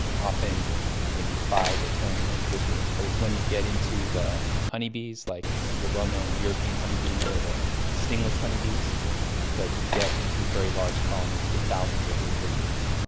often maybe five or ten individuals. but it's when you get into the honeybees, like the well-known european honeybee or the stingless honeybees that you get into very large colonies with thousands of individuals.